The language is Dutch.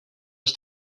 als